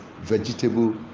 vegetable